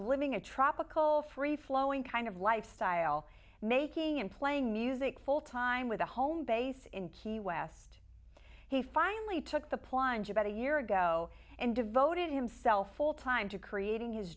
living a tropical free flowing kind of lifestyle making and playing music full time with a home base in key west he finally took the plunge about a year ago and devoted himself full time to creating his